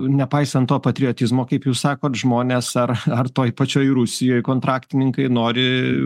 nepaisant to patriotizmo kaip jūs sakot žmonės ar ar toj pačioj rusijoj kontraktininkai nori